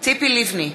ציפי לבני,